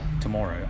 tomorrow